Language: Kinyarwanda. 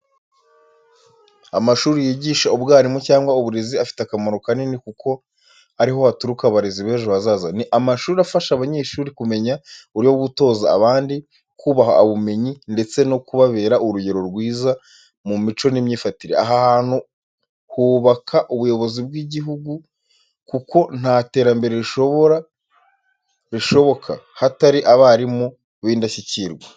Amashuri yigisha ubwarimu cyangwa uburezi afite akamaro kanini kuko ari ho haturuka abarezi b’ejo hazaza. Ni amashuri afasha abanyeshuri kumenya uburyo bwo gutoza abandi, kubaha ubumenyi ndetse no kubabera urugero rwiza mu mico n’imyifatire. Aha hantu hubaka ubuyobozi bw’igihugu kuko nta terambere rishoboka hatari abarimu b’indashyikirwa.